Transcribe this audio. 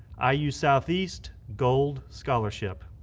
ah iu southeast, gold scholarship.